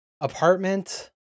apartment